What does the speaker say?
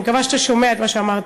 אני מקווה שאתה שומע את מה שאמרתי.